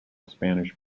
spanish